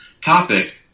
topic